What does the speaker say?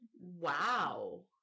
Wow